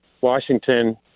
Washington